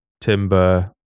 Timber